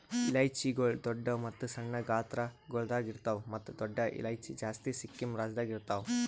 ಇಲೈಚಿಗೊಳ್ ದೊಡ್ಡ ಮತ್ತ ಸಣ್ಣ ಗಾತ್ರಗೊಳ್ದಾಗ್ ಇರ್ತಾವ್ ಮತ್ತ ದೊಡ್ಡ ಇಲೈಚಿ ಜಾಸ್ತಿ ಸಿಕ್ಕಿಂ ರಾಜ್ಯದಾಗ್ ಇರ್ತಾವ್